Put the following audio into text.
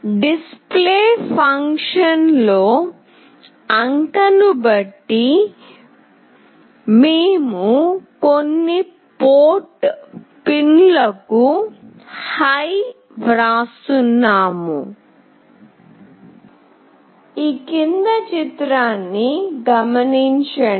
display ఫంక్షన్లో అంకెను బట్టి మేము కొన్ని పోర్ట్ పిన్లకు అధికంగా వ్రాస్తున్నాము